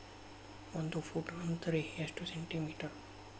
ಒಂದು ಫೂಟ್ ಅಂದ್ರ ಎಷ್ಟು ಸೆಂಟಿ ಮೇಟರ್?